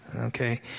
okay